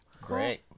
great